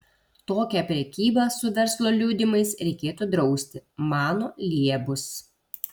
tokią prekybą su verslo liudijimais reikėtų drausti mano liebus